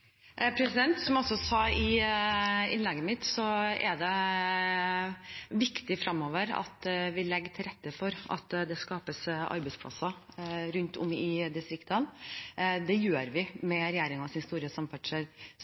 Som jeg også sa i innlegget mitt, er det viktig fremover at vi legger til rette for at det skapes arbeidsplasser rundt om i distriktene. Det gjør vi